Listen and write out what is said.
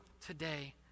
today